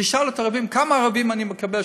תשאל את הערבים כמה ערבים אני מקבל,